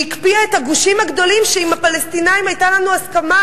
שהקפיאה את הגושים הגדולים שעם הפלסטינים היתה לנו הסכמה,